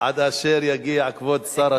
עד אשר יגיע כבוד שר השיכון.